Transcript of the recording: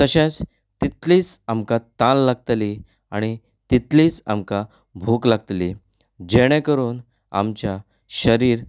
तशेंच तितलीच आमकां तान लागतली आनी तितलीच आमकां भूक लागतली जेणे करून आमच्या शरीर